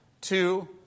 Two